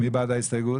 מי בעד ההסתייגות?